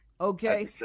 Okay